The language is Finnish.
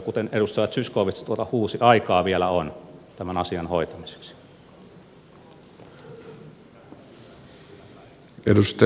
kuten edustaja zyskowicz tuolta huusi aikaa vielä on tämän asian hoitamiseksi